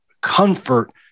comfort